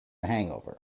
hangover